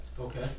Okay